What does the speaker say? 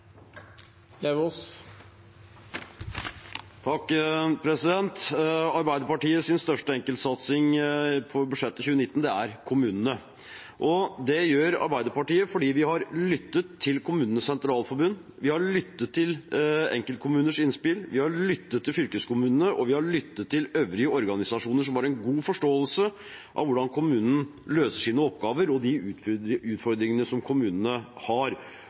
kommunene. Det gjør Arbeiderpartiet fordi vi har lyttet til KS. Vi har lyttet til enkeltkommuners innspill. Vi har lyttet til fylkeskommunene, og vi har lyttet til øvrige organisasjoner som har en god forståelse av hvordan kommunene løser sine oppgaver og de utfordringene som kommunene har.